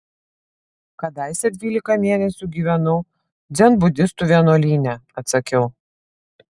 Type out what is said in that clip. kadaise dvylika mėnesių gyvenau dzenbudistų vienuolyne atsakiau